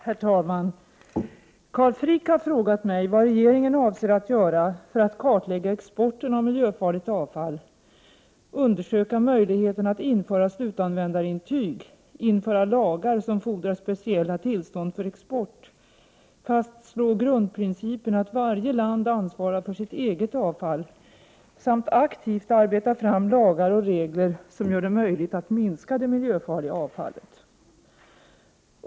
Herr talman! Carl Frick har frågat mig vad regeringen avser att göra för att kartlägga exporten av miljöfarligt avfall, undersöka möjligheten att införa slutanvändarintyg, införa lagar som fordrar speciella tillstånd för export, fastslå grundprincipen att varje land ansvarar för sitt eget avfall samt aktivt arbeta fram lagar och regler som gör det möjligt att minska det miljöfarliga avfallet.